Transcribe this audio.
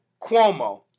Cuomo